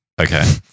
Okay